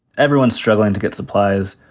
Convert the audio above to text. everyone's struggling to get supplies.